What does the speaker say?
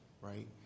right